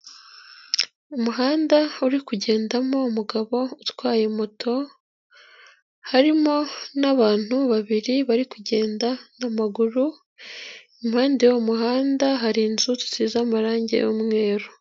Umuhanda uri kugendamo umugabo utwaye moto, harimo n'abantu babiri bari kugenda n'amaguru, impande y'uyu muhanda hari inzu nziza zisize amarangi y'umweru.